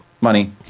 Money